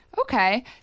Okay